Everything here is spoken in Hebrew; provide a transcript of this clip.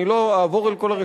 אני לא אעבור על כל הרשימה.